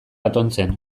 atontzen